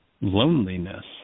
loneliness